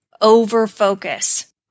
over-focus